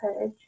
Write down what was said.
page